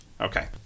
Okay